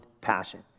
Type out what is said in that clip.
passion